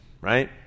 right